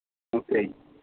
okay